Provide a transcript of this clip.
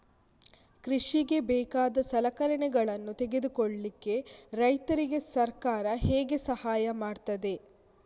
ಕೃಷಿಗೆ ಬೇಕಾದ ಸಲಕರಣೆಗಳನ್ನು ತೆಗೆದುಕೊಳ್ಳಿಕೆ ರೈತರಿಗೆ ಸರ್ಕಾರ ಹೇಗೆ ಸಹಾಯ ಮಾಡ್ತದೆ?